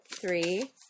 three